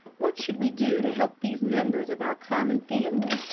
what should we do to help these members of our common family,